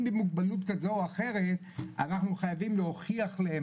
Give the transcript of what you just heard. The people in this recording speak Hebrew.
במוגבלות כזאת או אחרת אנחנו חייבים להוכיח להם,